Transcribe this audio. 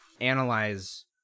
analyze